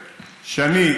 שאני,